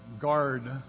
guard